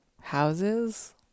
houses